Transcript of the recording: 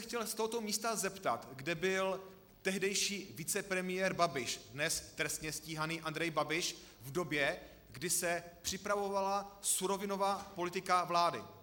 Chtěl bych se z tohoto místa zeptat, kde byl tehdejší vicepremiér Babiš, dnes trestně stíhaný Andrej Babiš, v době, kdy se připravovala surovinová politika vlády.